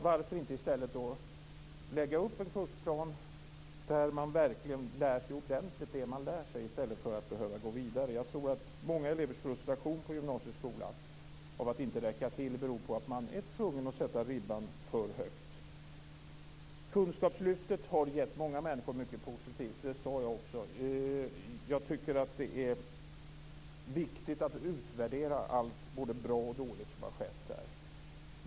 Varför inte lägga upp en kursplan där man verkligen lär sig ordentligt det man lär sig i stället för att behöva gå vidare? Jag tror att många elevers frustration på gymnasieskolan över att inte räcka till beror på att man är tvungen att sätta ribban för högt. Kunskapslyftet har gett många människor mycket positivt, och det sade jag också. Jag tycker att det är viktigt att utvärdera allt som har skett där, både bra och dåligt.